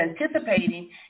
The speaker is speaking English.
anticipating